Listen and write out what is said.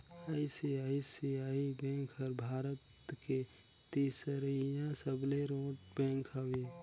ICICI bank हर भारत के तीसरईया सबले रोट बेंक हवे